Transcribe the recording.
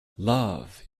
love